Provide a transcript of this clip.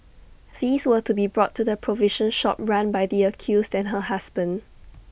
these were to be brought to the provision shop run by the accused and her husband